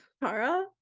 Tara